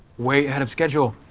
way ahead of schedule,